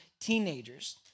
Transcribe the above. teenagers